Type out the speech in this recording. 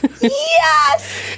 Yes